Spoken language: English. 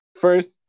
First